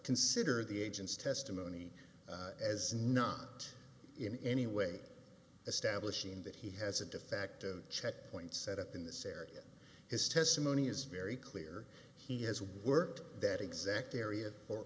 consider the agent's testimony as not in any way establishing that he has a defective checkpoints set up in this area his testimony is very clear he has worked that exact area for